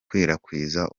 gukwirakwiza